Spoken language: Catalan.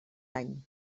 any